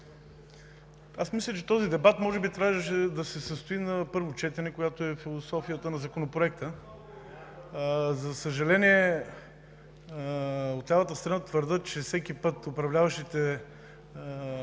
Аз мисля, че този дебат може би трябваше да се състои на първо четене, когато се обсъжда философията на Законопроекта. За съжаление, от лявата страна твърдят, че всеки път управляващите